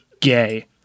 Gay